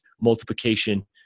multiplication